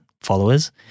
followers